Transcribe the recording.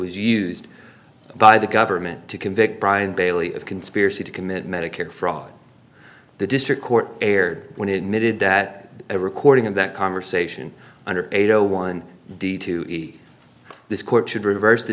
was used by the government to convict brian bailey of conspiracy to commit medicare fraud the district court erred when admitted that a recording of that conversation under eight o one d to this court should reverse the